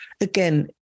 Again